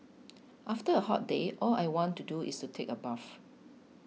after a hot day all I want to do is take a bath